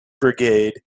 brigade